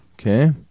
Okay